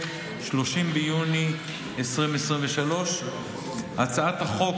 30 ביוני 2023. הצעת החוק,